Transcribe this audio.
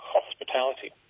Hospitality